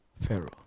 Pharaoh